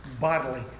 bodily